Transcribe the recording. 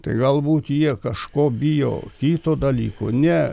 tai galbūt jie kažko bijo kito dalyko ne